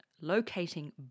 locating